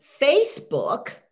Facebook